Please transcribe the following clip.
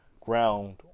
ground